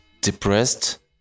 depressed